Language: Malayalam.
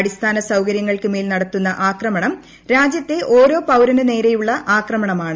അടിസ്ഥാന സൌകര്യങ്ങൾക്ക് മേൽ നടത്തുന്ന ആക്രമണം രാജ്യത്തെ ഓരോ പൌരനു നേരെയുമുള്ള ആക്രമണമാണ്